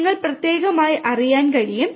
അതിനാൽ നിങ്ങൾക്ക് പ്രത്യേകമായി അറിയാൻ കഴിയും